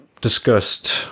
discussed